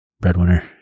Breadwinner